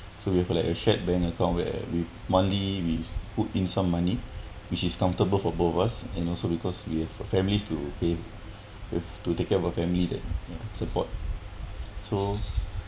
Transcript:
so we have like a shared bank account where we monthly we put in some money which is comfortable for both of us and also because we have families to aim to take care of our family that support so